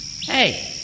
Hey